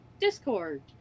Discord